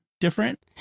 different